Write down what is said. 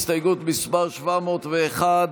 הסתייגות מס' 701,